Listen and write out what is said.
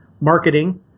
marketing